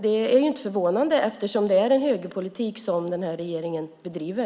Det är inte förvånande eftersom det är högerpolitik som den här regeringen bedriver.